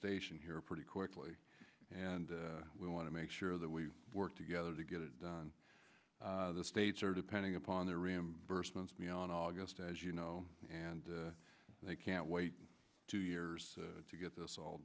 station here pretty quickly and we want to make sure that we work together to get it done the states are depending upon their reimbursements beyond august as you know and they can't wait two years to get this all